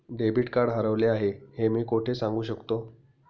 Debit card हरवले आहे हे मी कोठे सांगू शकतो?